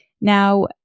Now